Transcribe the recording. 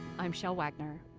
i'm shel wagner.